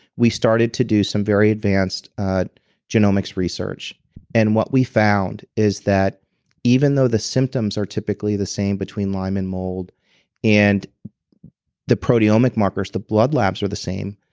we started to do some very advanced genomics research and what we found is that even though the symptoms are typically the same between lyme and mold and the proteomic markers, the blood labs are the same,